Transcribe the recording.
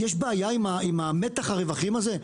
יש בעיה עם מתח הרווחים הזה?